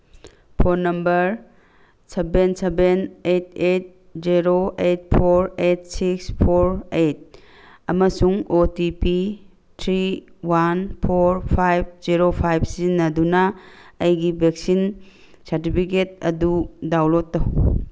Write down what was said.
phone number seven seven eight eight zero eight four eight six four eight ꯑꯃꯁꯨꯡ O T P three one four five zero five ꯁꯤꯖꯟꯅꯗꯨꯅ ꯑꯩꯒꯤ vaccine ꯁꯥꯔꯗꯤꯕꯤꯒꯦꯠ ꯑꯗꯨ download ꯇꯧ